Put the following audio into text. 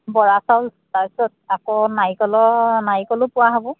বৰা চাউল তাৰপিছত আকৌ নাৰিকলৰ নাৰিকলো পোৱা হ'ব